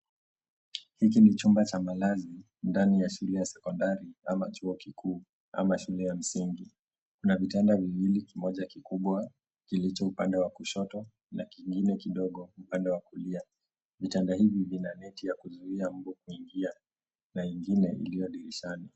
Hiki ni chumba cha malazi ndani ya shule ya sekondari, ama chuo kikuu, ama shule ya msingi. Kuna vitanda viwili, kimoja kikubwa kilicho upande wa kushoto na kingine kidogo upande wa kulia. Vitanda hivi vina neti ya kuzuia mbu kuingia na ingine iliyo dirishani.